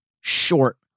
short